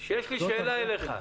יש לי שאלה אליך.